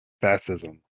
fascism